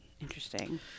interesting